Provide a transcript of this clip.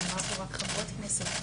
אני רואה פה רק חברות כנסת.